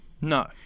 No